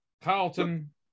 Carlton